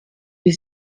wie